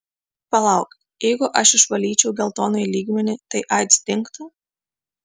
palauk jeigu aš išvalyčiau geltonąjį lygmenį tai aids dingtų